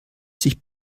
sich